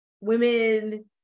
women